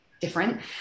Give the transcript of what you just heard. different